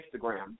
Instagram